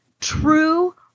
true